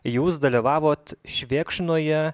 jūs dalyvavot švėkšnoje